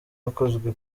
hakozwe